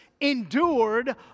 endured